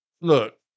look